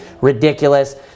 ridiculous